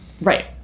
Right